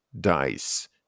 Dice